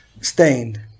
stained